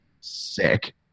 sick